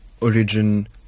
origin